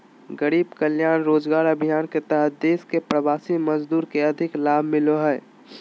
गरीब कल्याण रोजगार अभियान के तहत देश के प्रवासी मजदूर के अधिक लाभ मिलो हय